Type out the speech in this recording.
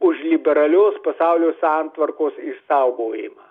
už liberalios pasaulio santvarkos išsaugojimą